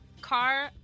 car